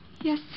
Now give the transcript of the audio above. Yes